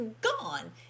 gone